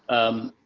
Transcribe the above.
um,